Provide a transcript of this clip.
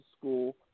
school